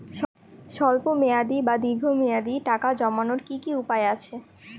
স্বল্প মেয়াদি বা দীর্ঘ মেয়াদি টাকা জমানোর কি কি উপায় আছে?